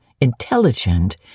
intelligent